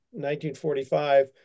1945